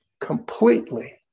completely